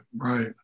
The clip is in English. right